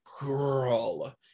girl